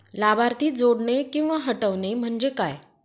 लाभार्थी जोडणे किंवा हटवणे, म्हणजे काय?